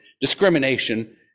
discrimination